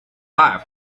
life